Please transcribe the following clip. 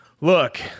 Look